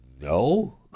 no